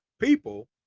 people